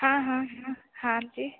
हाँ हाँ हाँ हाँ जी